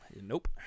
Nope